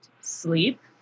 sleep